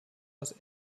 aus